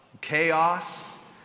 chaos